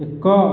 ଏକ